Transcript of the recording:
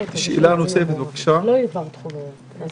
פגשנו תושבים ואנחנו רואים את